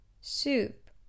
Soup